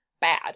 bad